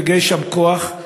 לגייס שם כוח,